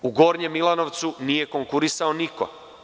U Gornjem Milanovcu nije konkurisao niko.